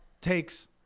takes